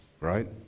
Right